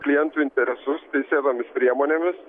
klientų interesus teisėtomis priemonėmis